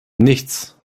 nichts